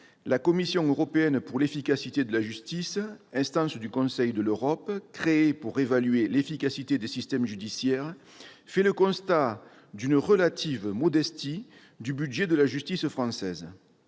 la Commission européenne pour l'efficacité de la justice, instance du Conseil de l'Europe créée pour évaluer l'efficacité des systèmes judiciaires, fait le constat d'une relative modestie du budget de la justice française.